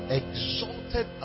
exalted